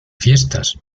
fiestas